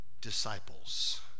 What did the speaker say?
disciples